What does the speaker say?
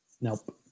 Nope